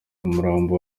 umurambo